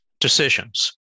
decisions